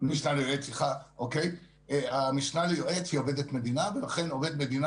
המשנה ליועץ היא עובדת מדינה ולכן עובד מדינה